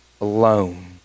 alone